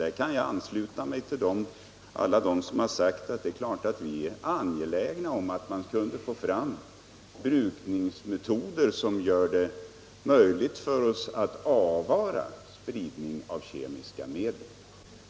Jag kan vidare ansluta mig till alla dem som har sagt att vi naturligtvis är angelägna om att få fram brukningsmetoder som gör det möjligt för oss att avvara spridningen av kemiska medel.